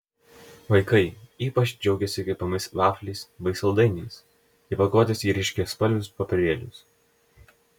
vaikai ypač džiaugėsi kepamais vafliais bei saldainiais įpakuotais į ryškiaspalvius popierėlius